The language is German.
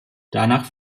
danach